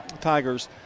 Tigers